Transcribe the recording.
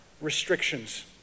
restrictions